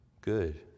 good